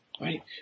right